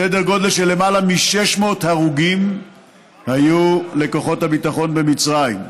סדר גודל של למעלה מ-600 הרוגים היו לכוחות הביטחון במצרים.